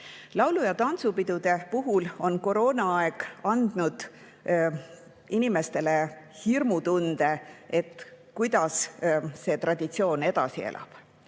Laulu- ja tantsupidude puhul on koroonaaeg andnud inimestele hirmutunde, et kuidas see traditsioon edasi elab.